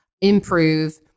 improve